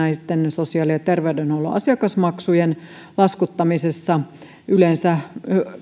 sosiaali ja terveydenhuollon asiakasmaksujen laskuttamisessa yleensä